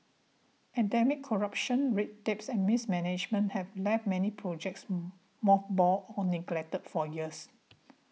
endemic corruption red tapes and mismanagement have left many projects mothballed or neglected for years